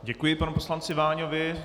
Děkuji panu poslanci Váňovi.